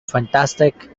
fantastic